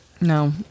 No